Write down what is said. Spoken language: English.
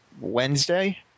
Wednesday